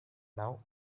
now